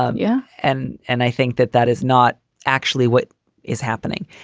um yeah. and and i think that that is not actually what is happening.